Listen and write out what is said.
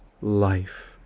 life